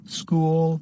school